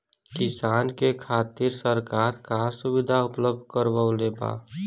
किसान के खातिर सरकार का सुविधा उपलब्ध करवले बा?